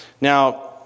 Now